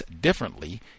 differently